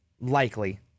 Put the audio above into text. likely